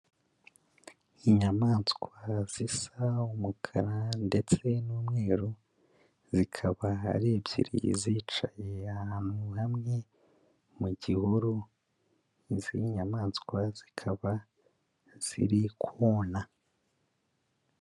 Inyamaswa zisa umukara ndetse n'umweru, zikaba ari ebyiri zicaye ahantu hamwe mu gihuru, izi nyamaswa zikaba ziri kona.